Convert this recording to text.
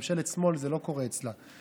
בממשלת שמאל זה לא קורה אצלה,